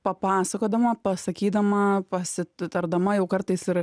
papasakodama pasakydama pasitardama jau kartais ir